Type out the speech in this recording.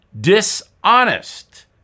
dishonest